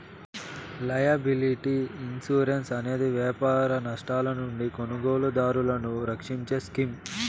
liability insurance అనేది వ్యాపార నష్టాల నుండి కొనుగోలుదారులను రక్షించే స్కీమ్